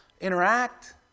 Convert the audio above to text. interact